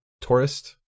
tourist